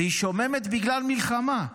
והיא שוממת בגלל המלחמה,